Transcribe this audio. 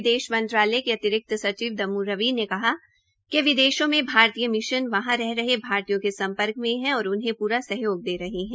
विदेश मंत्रालय के अतिरिक्त सचिव दम्मू रवि ने कहा कि विदेशों में भारतीय मिशन वहां रह रहे है भारतीयो के सम्पर्क में है और उनहें पूरा सहयोग दे रहे है